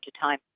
time